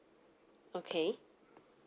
okay